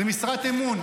זאת משרת אמון,